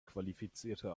qualifizierte